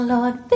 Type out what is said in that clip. Lord